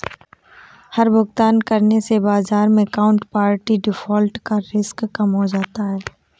हर भुगतान करने से बाजार मै काउन्टरपार्टी डिफ़ॉल्ट का रिस्क कम हो जाता है